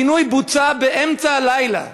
הפינוי בוצע באמצע הלילה.